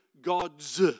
gods